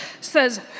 says